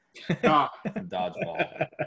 Dodgeball